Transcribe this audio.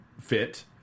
fit